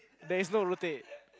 there is no rotate